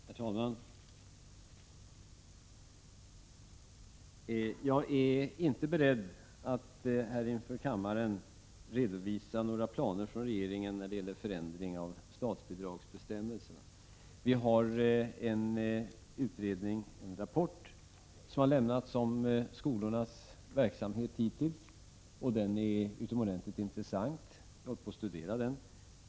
Herr talman! Jag är inte beredd att här inför kammaren redovisa några planer från regeringen när det gäller förändring av statsbidragsbestämmelserna. En utredningsrapport har lämnats om skolornas verksamhet hittills, och den är utomordentligt intressant. Jag håller på att studera den.